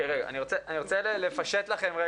אני רוצה לפשט לכם.